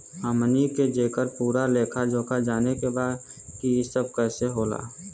हमनी के जेकर पूरा लेखा जोखा जाने के बा की ई सब कैसे होला?